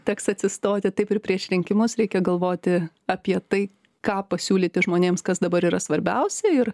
teks atsistoti taip ir prieš rinkimus reikia galvoti apie tai ką pasiūlyti žmonėms kas dabar yra svarbiausia ir